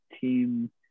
team